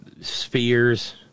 spheres